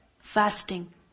Fasting